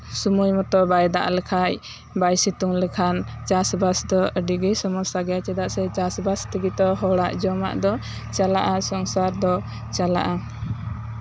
ᱥᱚᱢᱚᱭ ᱢᱚᱛᱚ ᱵᱟᱭ ᱫᱟᱜ ᱞᱮᱠᱷᱟᱱ ᱵᱟᱭ ᱥᱤᱛᱩᱝ ᱞᱮᱠᱷᱟᱱ ᱪᱟᱥᱼᱵᱟᱥ ᱫᱚ ᱟᱹᱰᱤᱜᱮ ᱥᱚᱢᱚᱥᱥᱟ ᱜᱮᱭᱟ ᱪᱮᱫᱟᱜ ᱥᱮ ᱪᱟᱥᱼᱵᱟᱥ ᱛᱮᱜᱮ ᱛᱚ ᱦᱚᱲᱟᱜ ᱡᱚᱢᱟᱜ ᱫᱚ ᱪᱟᱞᱟᱜᱼᱟ ᱥᱚᱝᱥᱟᱨ ᱫᱚ ᱪᱟᱞᱟᱜᱼᱟ